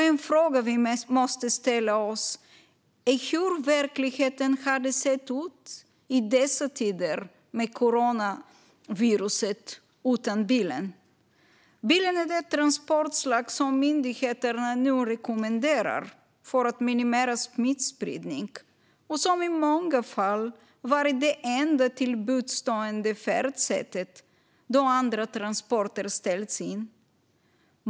En fråga vi måste ställa oss är hur verkligheten hade sett ut i dessa tider med coronaviruset utan bilen. Bilen är det transportslag som myndigheterna nu rekommenderar för att minimera smittspridning. Bilen har också i många fall varit det enda till buds stående färdsättet då andra transporter har ställts in.